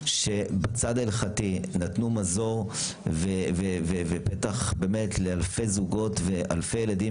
שבצד ההלכתי נתנו מזור ופתח לאלפי זוגות ולאלפי ילדים,